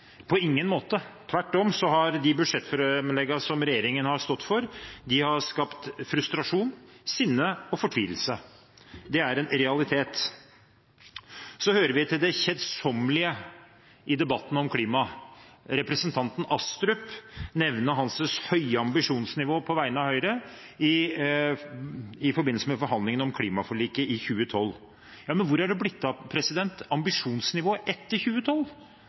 er en realitet. Så hører vi til det kjedsommelige i debatten om klima representanten Astrup nevne sitt høye ambisjonsnivå på vegne av Høyre i forbindelse med forhandlingene om klimaforliket i 2012. Ja, men hvor er det blitt av ambisjonsnivået etter 2012?